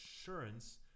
assurance